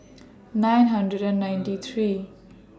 nine hundred ninety three